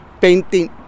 painting